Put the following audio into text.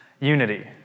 unity